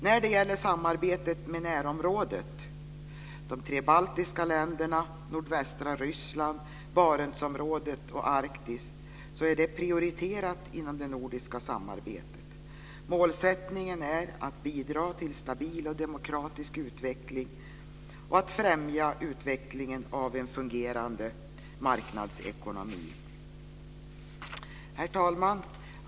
När det gäller samarbetet med närområdet - de tre baltiska länderna, nordvästra Ryssland, Barentsområdet och Arktis - är det prioriterat inom det nordiska samarbetet. Målsättningen är att bidra till stabil och demokratisk utveckling och att främja utvecklingen av en fungerande marknadsekonomi. Herr talman!